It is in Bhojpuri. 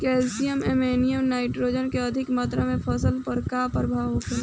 कैल्शियम अमोनियम नाइट्रेट के अधिक मात्रा से फसल पर का प्रभाव होखेला?